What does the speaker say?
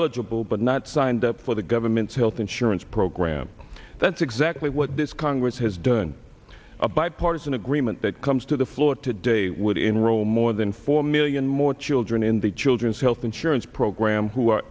eligible but not signed up for the government's health insurance program that's exactly what this congress has done a bipartisan agreement that comes to the floor today would enroll more than four million more children in the children's health insurance program who are